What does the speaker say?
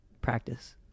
Practice